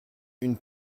une